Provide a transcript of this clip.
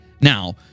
Now